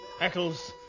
Eccles